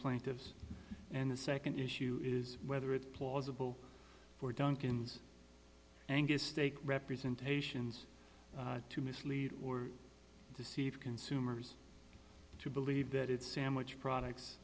plaintiffs and the nd issue is whether it's plausible for duncan's angus steak representations to mislead or deceive consumers to believe that it's sandwich products